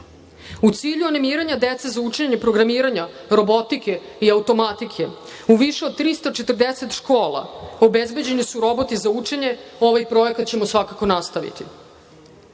U cilju animiranja dece za učenje programiranja, robotike i automatike u više od 340 škola obezbeđeni su roboti za učenje. Ovaj projekat ćemo svakako nastaviti. Drugi,